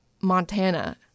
montana